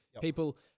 People